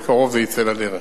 בקרוב זה יצא לדרך.